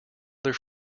their